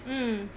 mm